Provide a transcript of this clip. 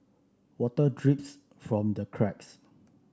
water drips from the cracks